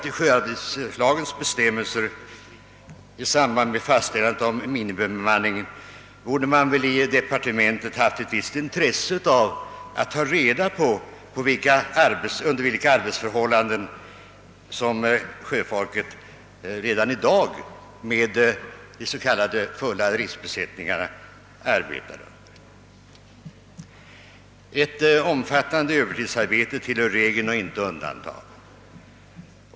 I samband med fastställandet av minimibemanningen borde man väl vidare inom departementet ha haft ett visst intresse av att ta reda på under vilka arbetsförhållanden sjöfolket arbetar redan i dag med de s.k. fulla driftsbesättningarna. Ett omfattande övertidsarbete tillhör regeln och inte undantagen.